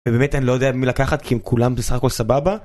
ובאמת אני לא יודע מי לקחת כי הם כולם בסך הכל סבבה